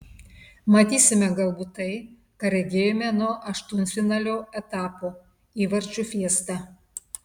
matysime galbūt tai ką regėjome nuo aštuntfinalio etapo įvarčių fiestą